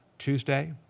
tuesday.